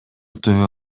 түбү